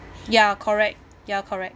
ya correct ya correct